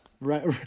Right